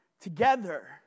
together